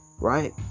right